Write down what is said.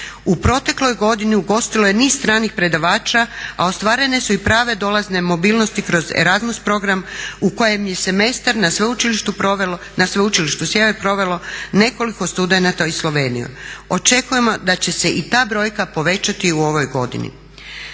U protekloj godini ugostilo je niz stranih predavača a ostvarene su i prave dolazne mobilnosti kroz Erasmus program u kojem je semestar na sveučilištu provelo, na Sveučilištu Sjever provelo nekoliko studenata iz Slovenije. Očekujemo da će se i ta brojka povećati u ovoj godini.